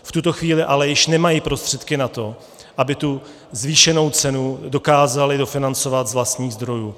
V tuto chvíli ale již nemají prostředky na to, aby tu zvýšenou cenu dokázali dofinancovat z vlastních zdrojů.